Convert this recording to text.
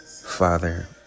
Father